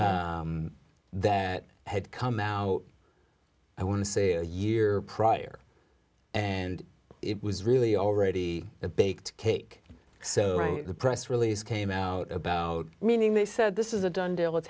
that had come out i want to say a year prior and it was really already baked cake so the press release came out about meaning they said this is a done deal